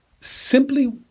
simply